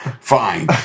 fine